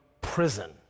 prison